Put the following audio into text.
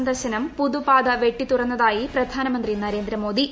സന്ദർശനം പുതുപാത വെട്ടിത്തുറന്നുതിായി പ്രധാനമന്ത്രി നരേന്ദ്രമോദി